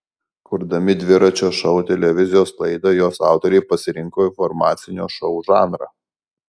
kurdami dviračio šou televizijos laidą jos autoriai pasirinko informacinio šou žanrą